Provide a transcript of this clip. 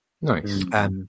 Nice